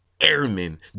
Airmen